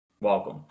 Welcome